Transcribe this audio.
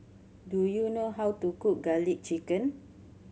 do you know how to cook Garlic Chicken